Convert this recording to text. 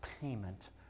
payment